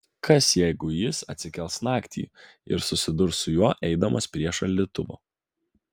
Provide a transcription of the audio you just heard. kas jeigu jis atsikels naktį ir susidurs su juo eidamas prie šaldytuvo